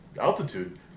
altitude